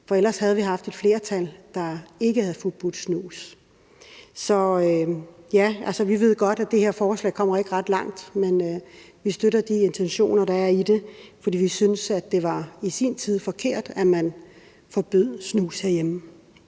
For ellers havde vi haft et flertal, der ikke havde forbudt snus. Så altså, vi ved godt, at det her forslag ikke kommer ret langt. Men vi støtter de intentioner, der er i det. For vi synes, at det i sin tid var forkert, at man forbød snus herhjemme.